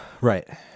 Right